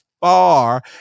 far